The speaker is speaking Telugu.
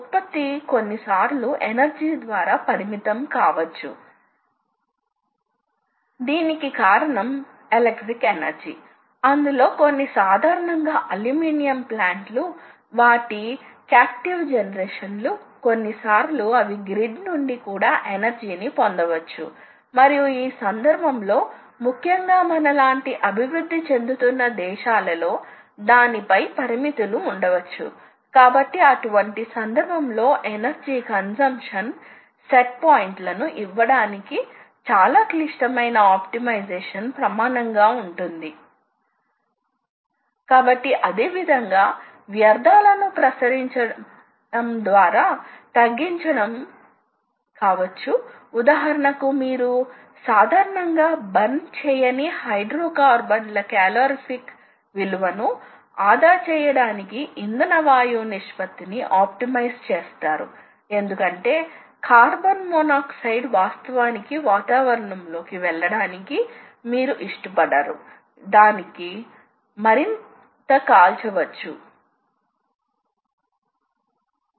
కాబట్టి మీరు ప్రారంభ కోఆర్డినేట్ ఇవ్వాలి మీరు ముగింపు కోఆర్డినేట్ ఇవ్వాలి మరియు ఇది సర్కులర్ ఆర్క్ అవుతుంది కాబట్టి మీరు సెంటర్ యొక్క కోఆర్డినేట్ ఇవ్వాలి లేదా కోఆర్డినేట్ బదులుగా దూరం X మరియు Y యొక్క సెంటర్ యొక్క దూరం మరియు కొన్నిసార్లు మీరు దీన్ని ఇవ్వగలిగితే మీరు వృత్తాన్ని గీయగలగాలి కొన్నిసార్లు తుది బిందువు ఇవ్వబడుతుంది కాబట్టి ఇది తుది బిందువు కాబట్టి వీటిని ఇచ్చినట్లయితే మీరు దీనిని సెంటర్ గా సర్కులర్ ఆర్క్ ను గీయాలి మరియు ఈ సర్కులర్ ఆర్క్ వెంట సాధనాన్ని తీసుకువెళ్లాలి కాబట్టి ఈ విధంగా మీరు సర్కిల్ యొక్క పారామితులు పేర్కొనవచ్చు కాబట్టి ఈ I మరియు J సర్కిల్ యొక్క కోఆర్డినేట్ లను ఈ K మరియు KE రెండు ఎండ్ పాయింట్ లను ఇస్తాయి అప్పుడు మీరు ఈ విధంగా కూడా సర్కిల్ గీయవచ్చు ఇది ప్రారంభం కాబట్టి మీరు ఈ సర్కిల్ గీయాలనుకుంటే మీరు క్లాక్ వైస్ లో వెళతారు మీరు ఈ సర్కిల్ గనుక గీయాలనుకుంటే మీరు యాంటీ క్లాక్ వైస్ లో వెళతారు